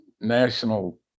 National